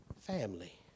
family